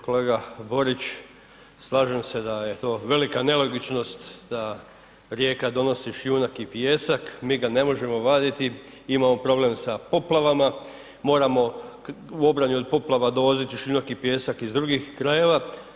Kolega Borić slažem se da je to velika nelogičnost da rijeka donosi šljunak i pijesak mi ga ne možemo vaditi, imamo problem sa poplavama, moramo u obrani od poplava dovoziti šljunak i pijesak iz drugih krajeva.